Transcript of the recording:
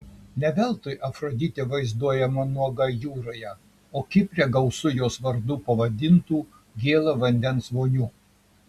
ne veltui afroditė vaizduojama nuoga jūroje o kipre gausu jos vardu pavadintų gėlo vandens vonių